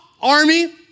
army